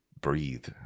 breathe